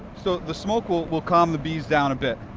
so the smoke will will calm the bees down a bit.